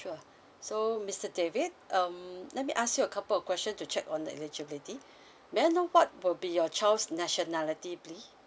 sure so mister david um let me ask you a couple question to check on the eligibility may I know what will be your child's nationality please